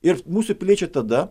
ir mūsų piliečiai tada